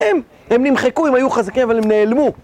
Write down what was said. הם, הם נמחקו, הם היו חזקים אבל הם נעלמו.